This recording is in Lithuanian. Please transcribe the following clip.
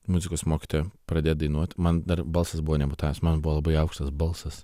muzikos mokytoja pradėt dainuot man dar balsas buvo nemutavęs mano buvo labai aukštas balsas